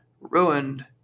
Ruined